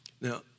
Now